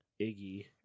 Iggy